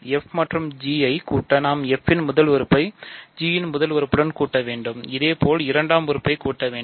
f மற்றும் g ஐ கூட்ட நாம் f என் முதல் உறுப்பை g முதல் உறுப்புடன் கூட்ட வேண்டும் இதேபோல் இரண்டாம் உறுப்புகளை கூட்ட வேண்டும்